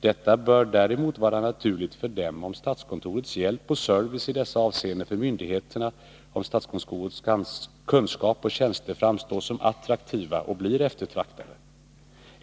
Detta bör däremot vara naturligt för dem om statskontorets kunskap och tjänster framstår som attraktiva och blir eftertraktade.